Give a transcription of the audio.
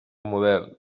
model